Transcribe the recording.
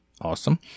Awesome